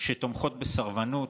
שתומכות בסרבנות,